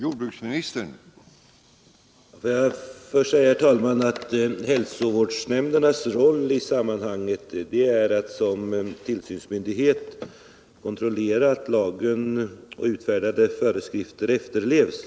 Herr talman! Låt mig till att börja med säga att hälsovårdsnämndernas roll i sammanhanget är att som tillsynsmyndighet kontrollera att lagen och utfärdade föreskrifter efterlevs.